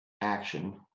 action